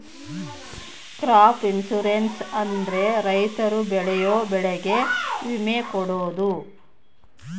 crop insurance ಅಂದ್ರೆ ರೈತರು ಬೆಳೆಯೋ ಬೆಳೆಗೆ ವಿಮೆ ಕೊಡೋದು